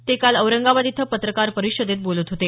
ते काल औरंगाबाद इथं पत्रकार परिषदेत बोलत होते